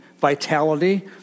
vitality